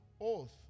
Oath